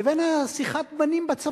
לבין ה"שיחת בנים" הזאת בצבא,